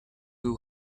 will